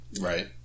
Right